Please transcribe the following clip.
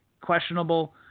questionable